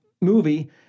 movie